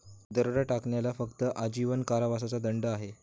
दरोडा टाकण्याला फक्त आजीवन कारावासाचा दंड आहे